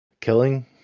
killing